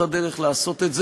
והוא